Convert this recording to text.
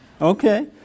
Okay